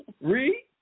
Read